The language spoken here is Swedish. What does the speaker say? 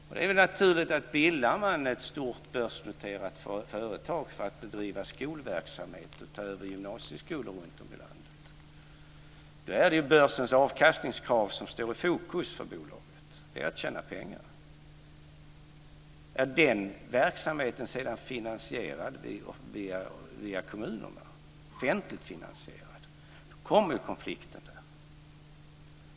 Om man bildar ett stort börsnoterat företag för att bedriva skolverksamhet och ta över gymnasieskolor runtom i landet är det väl naturligt att det är börsens avkastningskrav som står i fokus för bolaget - att tjäna pengar. Om verksamheten sedan är offentligt finansierad via kommunerna så kommer konflikten.